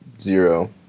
Zero